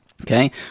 okay